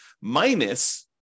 minus